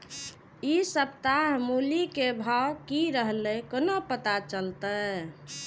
इ सप्ताह मूली के भाव की रहले कोना पता चलते?